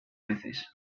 veces